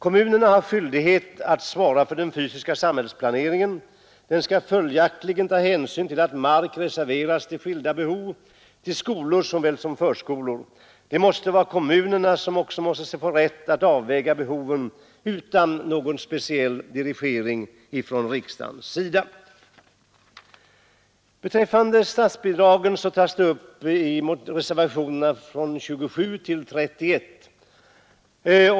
Kommunerna har skyldighet att svara för den fysiska samhällsplaneringen. De skall följaktligen ta hänsyn till att mark reserveras till skilda behov — till skolor såväl som förskolor. Kommunerna måste också få rätt att avväga behoven utan någon speciell dirigering från riksdagens sida. Frågan om statsbidrag till olika ändamål tas upp i reservationerna 27—31.